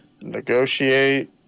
Negotiate